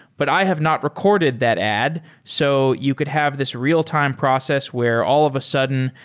but i have not recorded that ad. so you could have this real-time process where all of a sudden,